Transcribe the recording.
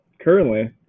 currently